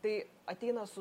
tai ateina su